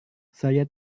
saya